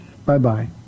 Bye-bye